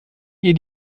ihr